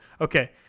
okay